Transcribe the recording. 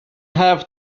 have